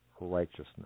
righteousness